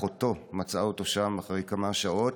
אחותו מצאה אותו שם אחרי כמה שעות.